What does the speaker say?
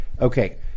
Okay